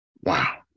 Wow